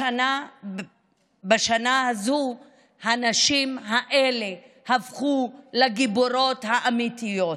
בשנה הזאת הנשים האלה הפכו לגיבורות האמיתיות.